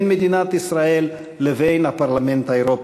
בין מדינת ישראל ובין הפרלמנט האירופי.